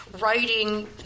writing